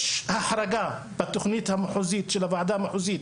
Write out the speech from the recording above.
יש החרגה בתוכנית של הוועדה המחוזית,